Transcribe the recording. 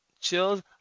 Chills